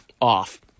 off